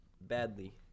badly